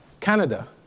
Canada